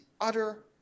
utter